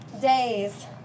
days